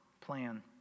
plan